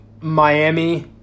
Miami